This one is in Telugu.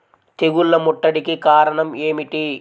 తెగుళ్ల ముట్టడికి కారణం ఏమిటి?